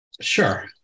Sure